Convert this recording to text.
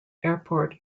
airport